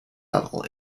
level